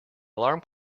alarm